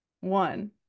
one